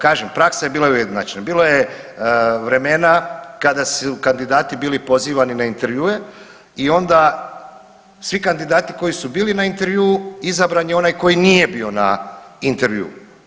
Kažem praksa je bila ujednačena, bilo je vremena kada su kandidati bili pozivani na intervjue i onda svi kandidati koji su bili na intervju izabran je onaj koji nije bio na intervjuu.